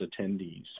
attendees